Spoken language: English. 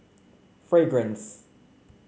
Fragrance